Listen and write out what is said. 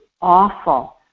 awful